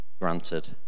granted